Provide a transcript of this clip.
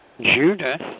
Judith